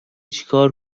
چیکار